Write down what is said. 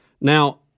Now